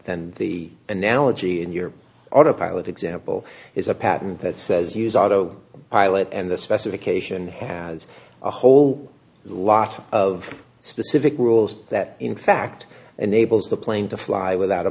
then the analogy in your autopilot example is a patent that says use auto pilot and the specification has a whole lot of specific rules that in fact enables the plane to fly without a